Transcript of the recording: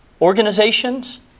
organizations